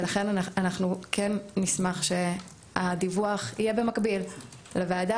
ולכן אנחנו כן נשמח שהדיווח יהיה במקביל לוועדה